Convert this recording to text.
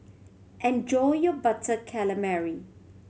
enjoy your Butter Calamari